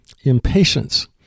impatience